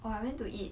orh I went to eat